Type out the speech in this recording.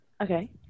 Okay